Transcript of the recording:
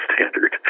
standard